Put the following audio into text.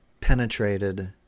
penetrated